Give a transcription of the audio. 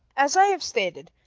as i have stated,